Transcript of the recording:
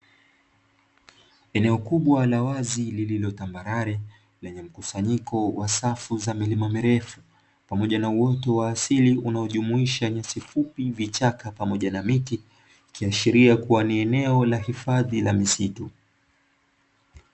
Eneo kubwa la wazi lililotambarare lenye mkusanyiko wa safu zenye milima mirefu pamoja na uoto wa asili unaojumuisha: nyasi fupi, vichaka pamoja na miti; ikiashiria kuwa ni eneo la hifadhi la misitu.